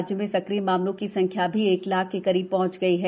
राज्य में सक्रिय मामलों की संख्या भी एक लाख के करीब पहँच रही है